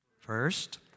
First